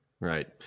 Right